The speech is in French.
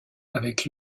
avec